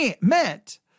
meant